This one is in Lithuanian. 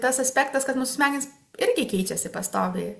tas aspektas kad mūsų smegenys irgi keičiasi pastoviai